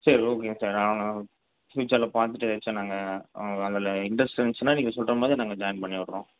சரி ஓகேங்க சார் அவன் ஃபியூச்சரில் பாட்டு வச்சா நாங்கள் அதில் இன்ட்ரெஸ்ட் இருந்துச்சுனா நீங்கள் சொல்கிற மாதிரி நாங்கள் ஜாயின் பண்ணிவிடுறோம்